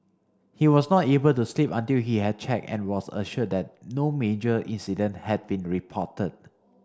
he was not able to sleep until he had checked and was assured that no major incident had been reported